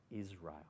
Israel